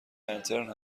انترن